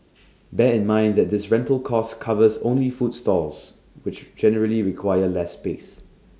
bear in mind that this rental cost covers only food stalls which generally require less space